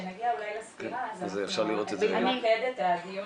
כשנגיע לסקירה, נוכל למקד את הדיון